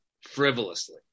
frivolously